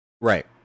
Right